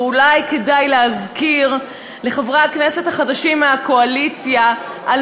ואולי כדאי להזכיר לחברי הכנסת החדשים מהקואליציה על